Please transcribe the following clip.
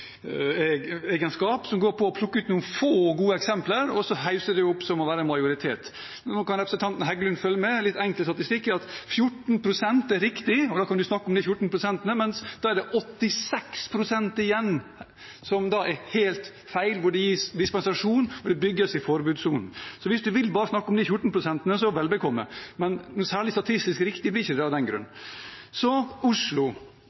Høyre-egenskap, som går på å plukke ut noen få og gode eksempler og så hausse dem opp som å gjelde en majoritet. Nå kan representanten Heggelund følge med på litt enkel statistikk: 14 pst. er riktig, og da kan man snakke om 14 pst., men det er 86 pst. igjen som er helt feil, hvor det gis dispensasjon, hvor det bygges i forbudssonen. Så hvis han bare vil snakke om de 14 pst., så vel bekomme, men særlig statistisk riktig blir det ikke av den grunn. Så Oslo: